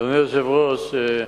אדוני היושב-ראש,